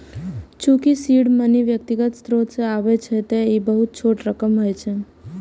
चूंकि seed money व्यक्तिगत स्रोत सं आबै छै, तें ई बहुत छोट रकम होइ छै